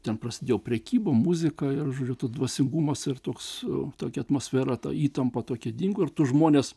ten prasidėjo prekyba muzika ir žodžiu tu dvasingumas ir toks su tokia atmosfera ta įtampa tokia dingo ir tuos žmones